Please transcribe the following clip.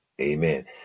Amen